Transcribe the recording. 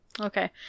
Okay